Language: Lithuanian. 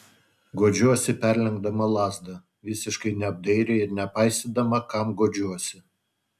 guodžiuosi perlenkdama lazdą visiškai neapdairiai ir nepaisydama kam guodžiuosi